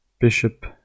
Bishop